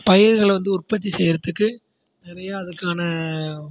பயிர்கள் வந்து உற்பத்தி செய்யறதுக்கு நிறையா அதுக்கான